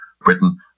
Britain